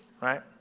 right